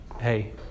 hey